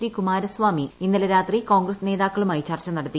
D Kumaraswamy ഇന്നലെ രാത്രി കോൺഗ്രസ്സ് നേതാക്കളുമായി ചർച്ച നടത്തി